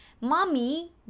mommy